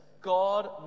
God